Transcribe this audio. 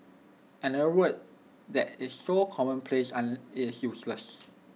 another word that is so commonplace and is useless